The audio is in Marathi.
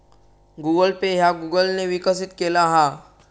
गुगल पे ह्या गुगल ने विकसित केला हा